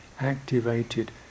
activated